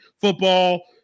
football